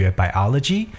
biology